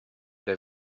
der